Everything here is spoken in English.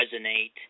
resonate